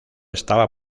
estaba